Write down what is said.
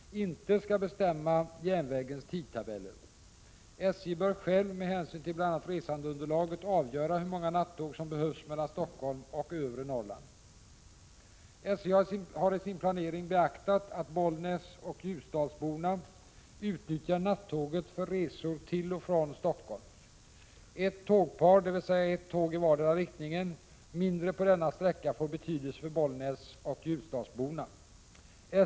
1987/88:15 bestämma järnvägens tidtabeller. SJ bör själv med hänsyn till bl.a. resande — 27 oktober 1987 underlaget avgöra hur många nattåg som behövs mellan Stockholm och övre Norrland. SJ har i sin planering beaktat att bollnäsoch ljusdalsborna utnyttjar nattåget för resor till och från Stockholm. Ett tågpar, dvs. ett tåg i vardera riktningen, mindre på denna sträcka får betydelse för bollnäsoch ljusdalsborna.